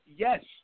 Yes